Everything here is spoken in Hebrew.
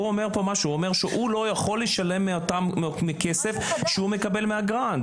הוא אומר שהוא לא יכול לשלם מכסף שהוא מקבל מהגרנט,